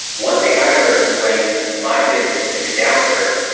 one thing i learned when my business took a downturn,